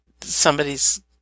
somebody's